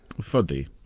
fuddy